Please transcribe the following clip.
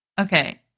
Okay